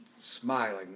smiling